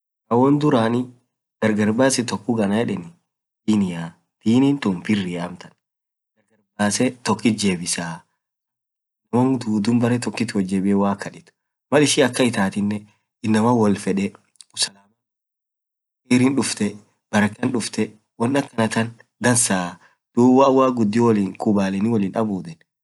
hoo woan duraani gargarbasii ann yedeen diniia diniin tuun amtaan akamaa biria naam duduun baree tokit jebiie waaq kadeet mal ishiin akan itaatinen inamaan woal fedee dininn duftee, barakaan duftee woan akanan tuun dansaa duub waq gudio abudeni woliin.